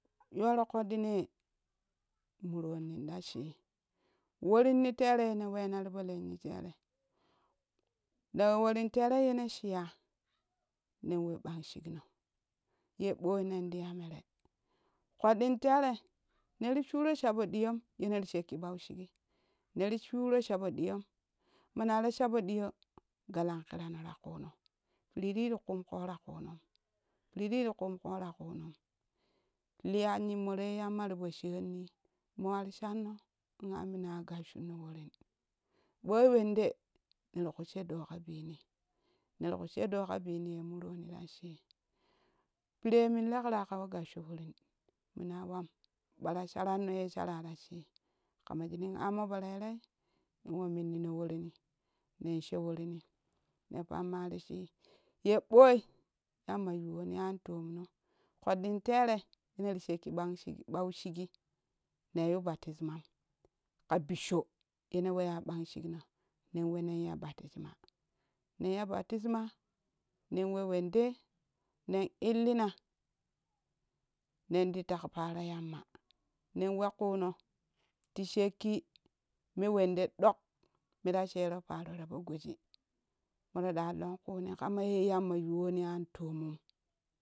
Yoroo ƙoɗɗine muronnin ta chi worinnitere yene wena tipo len nii tere newe worin terei ye ne chiya nen we ɓang shikno ye boi nendi ya mere ƙoɗɗin tere neri shuro shapo ɗiyom yene ti shekki ɓau shigi neri shuro shapo ɗiyom mana ta shapo ɗiyo galan kirano ta kun no piretri ti kum ƙota kun nom piretri ti kum ƙora kunom liya nyimmorei yamma ti po shednii mo wari shadno in ami wa gasshudno worin ɓoi wende neri ku she doo ka bini neri ku shedoo ka bini ye muroni ta shii piire mun lekra kawa gassho worin muna wani ɓara sharanno ye sharano tashi kama shinin ammo po rerei in wa minnnino worinni nenshe worinni ne pamma ti shi yeɓoi yamma yuwoni an tomno koɗɗin tere neri shekki ɓanshik ɓaushikgi ne yu batisma ka bisho yene weya ɓang shigno nen we nen ya baptisma nen ya batisma nen we wente nen illina nenti deeke paroo yamma nen wakuuno ti shek ki me wende ɗok mera sheroo. Paro wende tapo goji moraga lonkune kama ye yamma yuwoni anto mun.